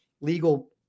Legal